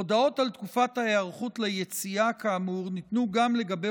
הודעות על תקופת היערכות ליציאה כאמור ניתנו גם לגבי